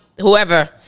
whoever